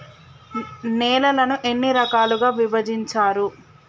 నేలలను ఎన్ని రకాలుగా విభజించారు?